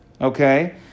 okay